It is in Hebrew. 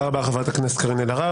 תודה רבה, חברת הכנסת קארין אלהרר.